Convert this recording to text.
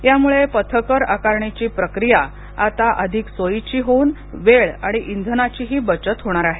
यामुळे पथकर आकारणीची प्रक्रिया अधिक सोयीची होऊन वेळ आणि इंधनाचीही बचत होणार आहे